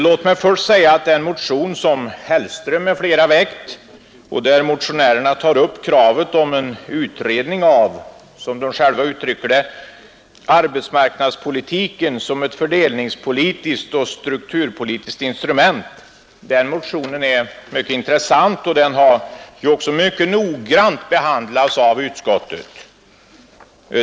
Låt mig först säga att den motion som herr Hellström m.fl. väckt och i vilken motionärerna tar upp kravet på en utredning om, som de själva uttrycker det, ”arbetsmarknadspolitiken som ett fördelningspolitiskt och strukturpolitiskt instrument”, är mycket intressant. Motionen har ju också mycket noggrant behandlats av utskottet.